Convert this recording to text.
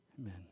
Amen